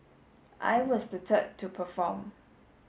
I was the third to perform